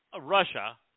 Russia